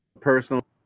personal